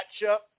matchup